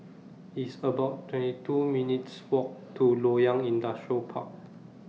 It's about twenty two minutes' Walk to Loyang Industrial Park